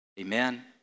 Amen